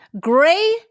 gray